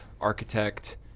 architect